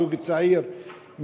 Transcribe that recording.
זוג צעיר,